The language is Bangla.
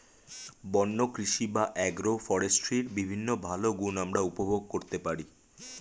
বন্য কৃষি বা অ্যাগ্রো ফরেস্ট্রির বিভিন্ন ভালো গুণ আমরা উপভোগ করতে পারি